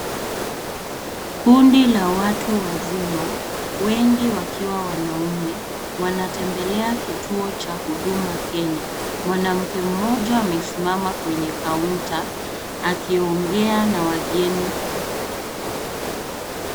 Kundi la watu wazima, wengi wakiwa wanaume, wanatembelea kituo cha huduma Kenya. Mwanamke mmoja amesimama kwenye counter akiongea na wageni.